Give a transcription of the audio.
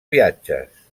viatges